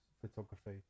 photography